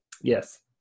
yes